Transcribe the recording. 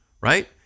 right